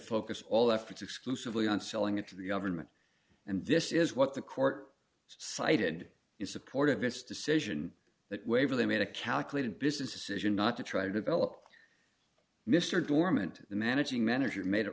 focus all efforts exclusively on selling it to the government and this is what the court cited in support of this decision that waverley made a calculated business decision not to try to develop mr dormant the managing manager made